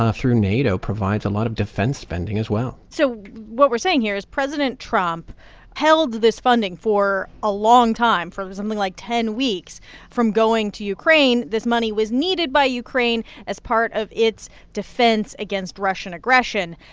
ah through nato, provides a lot of defense spending as well so what we're saying here is president trump held this funding for a long time for something like ten weeks from going to ukraine. this money was needed by ukraine as part of its defense against russian aggression.